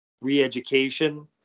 re-education